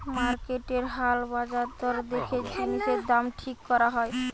মার্কেটের হাল বাজার দর দেখে জিনিসের দাম ঠিক করা হয়